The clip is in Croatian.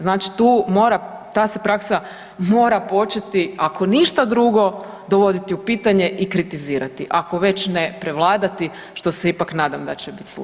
Znači ta se praksa mora početi ako ništa drugo dovoditi u pitanje i kritizirati, ako već ne prevladati što se ipak nadam da će bit slučaj.